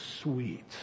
sweet